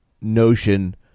notion